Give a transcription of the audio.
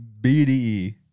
BDE